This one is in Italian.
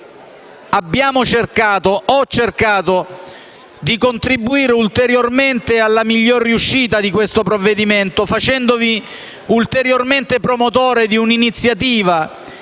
Abbiamo cercato - ed ho cercato - di contribuire ulteriormente alla miglior riuscita di questo provvedimento, facendomi ulteriormente promotore dell'iniziativa,